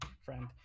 friend